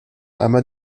einmal